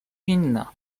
inna